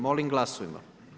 Molim glasujmo.